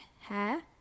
hair